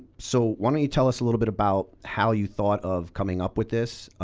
so why don't you tell us a little bit about how you thought of coming up with this.